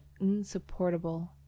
insupportable